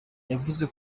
yavuze